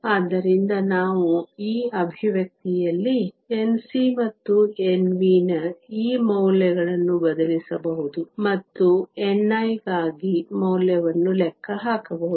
ಆದ್ದರಿಂದ ನಾವು ಈ ಅಭಿವ್ಯಕ್ತಿಯಲ್ಲಿ Nc ಮತ್ತು Nv ನ ಈ ಮೌಲ್ಯಗಳನ್ನು ಬದಲಿಸಬಹುದು ಮತ್ತು ni ಗಾಗಿ ಮೌಲ್ಯವನ್ನು ಲೆಕ್ಕ ಹಾಕಬಹುದು